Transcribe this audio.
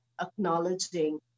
acknowledging